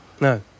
No